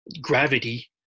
gravity